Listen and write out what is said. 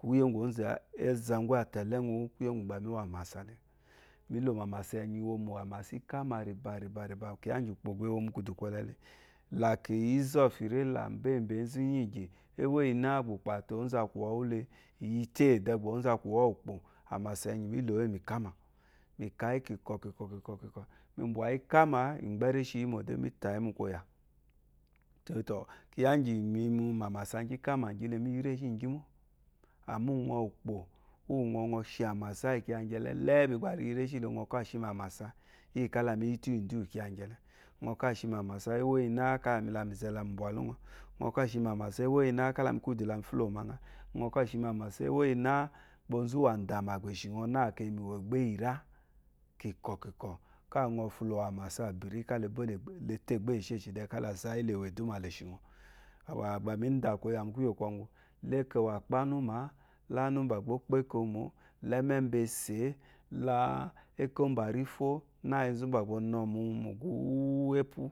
kùyé ɔgò zù àzégù àtàléwù wú kùyé ngɔ éwò àmàsà míló ámásá éwó mó ámásá ényi íkámà ríbá kíyá gí úkpó mbéwomú kúdú kòle lé mbà kíyí ízófi ré lá mbémbé òzùwù nyí ìgì, ɛwòyì ná bɔkó ùkpó àté ɔzù àkɔ wúlé ùkpó tó amasa inyi kikókíkó kì bɔyì kà má igbè réshi yimò ɛkèyì kí táyí mù kóyá té tòn kiyá gì ìmí mà màsá gì kámà lòmi réshímí ámásá ɛwó yí na kálá mi kùdú lá mifilùmá nyá nyɔ káshímí àmàsà ɛwo nyi na òzùwù dàmà bɔkwɔ ɛshi nyɔ na ɛmi wõ egbo yírá kikɔ kikɔ ka ɔyɔ fulu ámásá biri ká lé té égbó iyé eshishi kà lé sá yí lèwó edùmá lé shinyɔ èkyóɔ mũ kùyé kɔ gú ékó wá gbá nú má là ɛmé úbésè lá ɛkó mbá kífù lá ùbɔ nó mù gú wé èpú